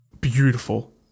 Beautiful